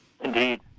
Indeed